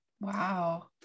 Wow